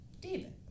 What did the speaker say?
david